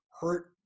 hurt